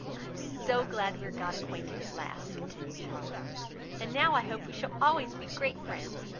i am so glad we are got acquainted at last, continued charlotte and now i hope we shall always be great friends.